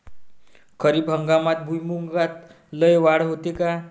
खरीप हंगामात भुईमूगात लई वाढ होते का?